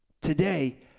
today